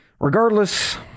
Regardless